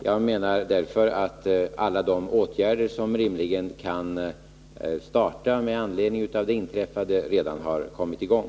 Jag anser därför att alla de åtgärder som rimligen kan vidtas med anledning av det inträffade redan har kommit i gång.